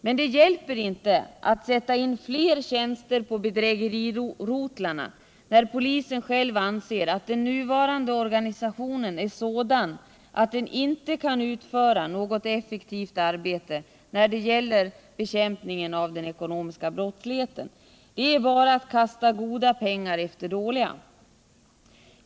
Men det hjälper inte att tillsätta fler tjänster på bedrägerirotlarna, när polisen själv anser att den nuvarande organisationen är sådan att man inom den inte kan utföra ett effektivt arbete när det gäller att bekämpa den organiserade och ekonomiska brottsligheten. Det är bara att kasta goda pengar efter dåliga.